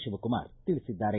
ಶಿವಕುಮಾರ್ ತಿಳಿಸಿದ್ದಾರೆ